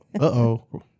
Uh-oh